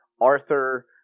Arthur